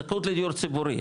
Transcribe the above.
זכאות לדיור ציבורי,